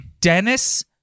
Dennis